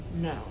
No